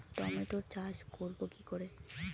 টমেটোর চাষ করব কি করে?